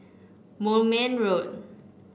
Moulmein Road